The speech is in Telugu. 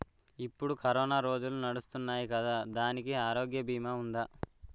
ఇప్పుడు కరోనా రోజులు నడుస్తున్నాయి కదా, దానికి ఆరోగ్య బీమా ఉందా?